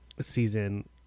season